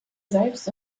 selbst